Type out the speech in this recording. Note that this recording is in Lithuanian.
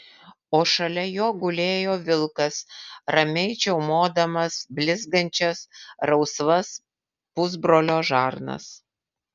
o šalia jo gulėjo vilkas ramiai čiaumodamas blizgančias rausvas pusbrolio žarnas